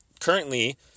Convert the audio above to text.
Currently